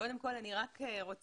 קודם כל אני רק רוצה,